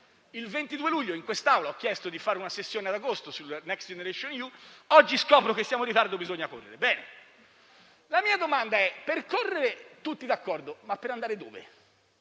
Il 22 luglio in quest'Aula ho chiesto di fare una sessione ad agosto sul Next generation EU, oggi scopro che siamo in ritardo e bisogna correre. Bene. Sul correre siamo tutti d'accordo, ma la mia domanda